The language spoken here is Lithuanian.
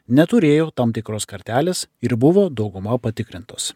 neturėjo tam tikros kartelės ir buvo dauguma patikrintos